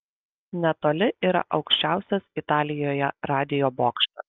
netoli yra aukščiausias italijoje radijo bokštas